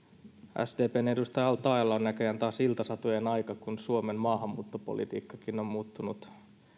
sdpn edustaja al taeella on näköjään taas iltasatujen aika kun suomen maahanmuuttopolitiikkakin on muuttunut